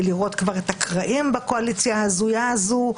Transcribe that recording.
לראות את הקרעים בקואליציה ההזויה הזו,